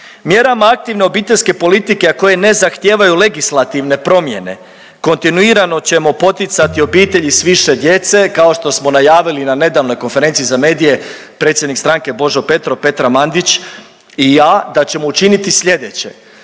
mjerama aktivne obiteljske politike, a koje ne zahtijevaju legislativne promjene kontinuirano ćemo poticati obitelji s više djece, kao što smo najavili na nedavnoj konferenciji za medije, predsjednik stranke Božo Petrov, Petra Mandić i ja da ćemo učiniti sljedeće,